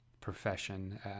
profession